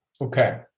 Okay